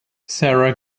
sara